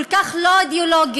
כל כך לא אידיאולוגי,